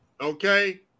okay